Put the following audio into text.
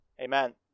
Amen